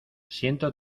siento